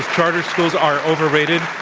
ah charter schools are overrated.